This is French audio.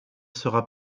sera